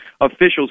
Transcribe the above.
officials